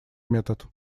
метод